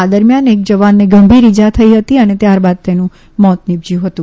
આ દરમ્યાન એક જવાનને ગંભીર ઈજા થઈ હતી અને ત્યારબાદ તેનું મોત નિપજ્યું હતું